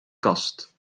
kast